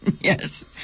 Yes